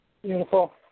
Beautiful